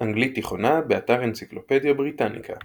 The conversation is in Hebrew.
אנגלית תיכונה, באתר אנציקלופדיה בריטניקה